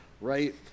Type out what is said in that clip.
right